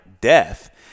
death